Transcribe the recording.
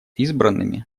избранными